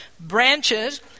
branches